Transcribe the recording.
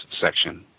section